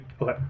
Okay